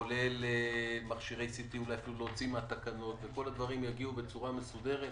כולל מכשירי CT, שכל הדברים יגיעו בצורה מסודרת.